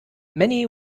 many